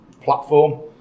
platform